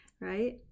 right